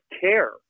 care